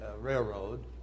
railroad